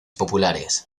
populares